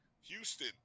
houston